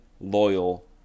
loyal